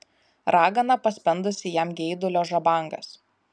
ragana paspendusi jam geidulio žabangas